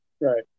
Right